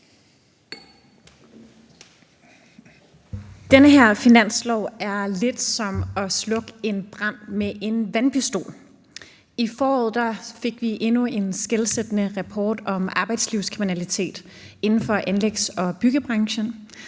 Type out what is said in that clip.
Den her finanslov er lidt som at slukke en brand med en vandpistol. I foråret fik vi endnu en skelsættende rapport om arbejdslivskriminalitet inden for anlægs- og byggebranchen.